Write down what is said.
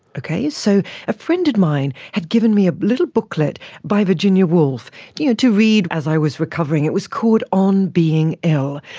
okay, so a friend of mine had given me a little booklet by virginia woolf you know to read as i was recovering, it was called on being ill,